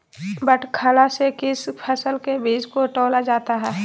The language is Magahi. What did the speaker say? बटखरा से किस फसल के बीज को तौला जाता है?